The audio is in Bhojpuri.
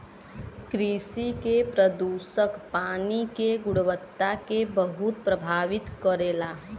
कृषि के प्रदूषक पानी के गुणवत्ता के बहुत प्रभावित करेला